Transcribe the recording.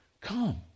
Come